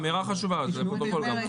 אמירה חשובה לפרוטוקול גם.